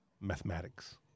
mathematics